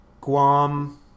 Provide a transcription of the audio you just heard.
Guam